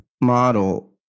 model